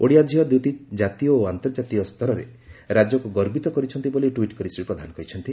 ଓଡ଼ିଆ ଝିଅ ଦୂତୀ ଜାତୀୟ ଓ ଆନ୍ତର୍ଜାତିକ ସ୍ତରରେ ରାଜ୍ୟକୁ ଗର୍ବିତ କରିଛନ୍ତି ବୋଲି ଟ୍ୱିଟ୍ କରି ଶ୍ରୀ ପ୍ରଧାନ କହିଛନ୍ତି